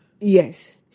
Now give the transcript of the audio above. Yes